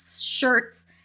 shirts